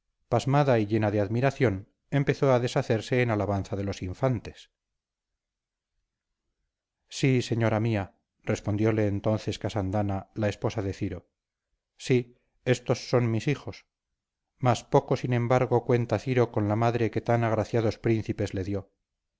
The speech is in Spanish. pasmada y llena de admiración empezó a deshacerse en alabanza de los infantes sí señora mía respondióle entonces casandana la esposa de ciro sí estos son mis hijos mas poco sin embargo cuenta ciro con la madre que tan agraciados príncipes le dio